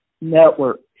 network